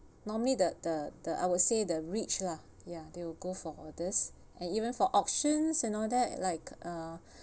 normally the the the I would say the rich lah ya they will go for orders and even for auctions and all that like uh